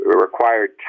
required